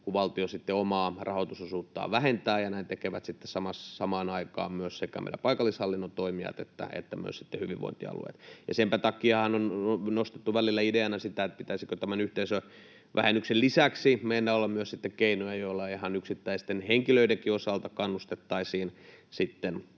kun valtio omaa rahoitusosuuttaan vähentää ja näin tekevät samaan aikaan myös sekä meidän paikallishallinnon toimijat että myös hyvinvointialueet. Sen takiahan on nostettu välillä ideana sitä, pitäisikö tämän yhteisövähennyksen lisäksi meillä olla myös keinoja, joilla ihan yksittäisten henkilöidenkin osalta kannustettaisiin